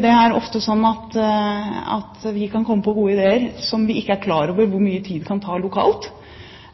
det er ofte sånn at vi kan komme på gode ideer og ikke er klar over hvor mye tid de kan ta lokalt,